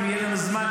אם יהיה לנו זמן,